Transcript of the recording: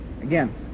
Again